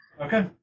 Okay